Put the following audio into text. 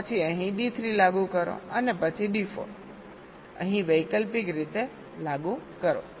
પછી અહીં D3 લાગુ કરો પછી D4 અહીં વૈકલ્પિક રીતે લાગુ કરો